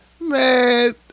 Man